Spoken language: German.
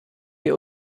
wir